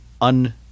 un-